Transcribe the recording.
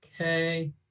okay